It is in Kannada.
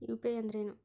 ಯು.ಪಿ.ಐ ಅಂದ್ರೇನು?